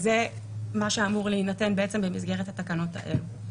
זה מה שאמור להינתן במסגרת התקנות האלה.